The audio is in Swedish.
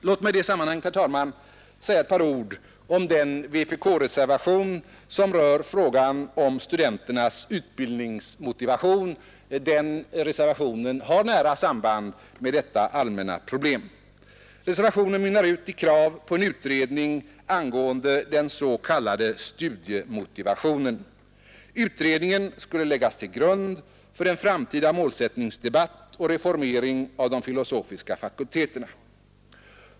Låt mig i detta sammanhang säga några ord om den vpk-reservation som gäller frågan om studenternas utbildningsmotivation; den reservationen har nära samband med detta allmänna problem. Reservationen mynnar ut i krav på en utredning angående den s.k. studiemotivationen. Utredningen skulle läggas till grund för en framtida målsättningsdebatt och en reformering av de filosofiska fakulteterna.